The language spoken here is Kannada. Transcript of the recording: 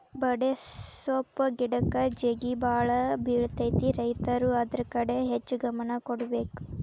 ಬಡೆಸ್ವಪ್ಪ್ ಗಿಡಕ್ಕ ಜೇಗಿಬಾಳ ಬಿಳತೈತಿ ರೈತರು ಅದ್ರ ಕಡೆ ಹೆಚ್ಚ ಗಮನ ಕೊಡಬೇಕ